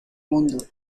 mundo